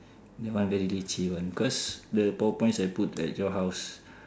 that one very leceh one cause the power points I put at your house